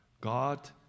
God